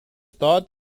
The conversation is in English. thought